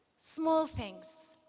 small things,